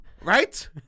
Right